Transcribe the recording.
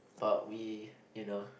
but we you know